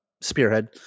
Spearhead